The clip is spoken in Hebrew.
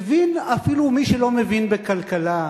מבין אפילו מי שלא מבין בכלכלה,